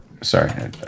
Sorry